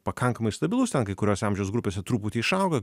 pakankamai stabilus ten kai kuriose amžiaus grupėse truputį išauga